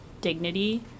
dignity